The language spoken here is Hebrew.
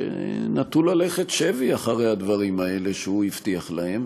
שנטו ללכת שבי אחרי הדברים האלה שהוא הבטיח להם.